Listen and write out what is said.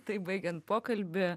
tai baigiant pokalbį